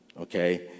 okay